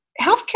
healthcare